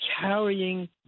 carrying